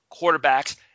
quarterbacks